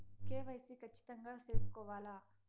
KYC ఖచ్చితంగా సేసుకోవాలా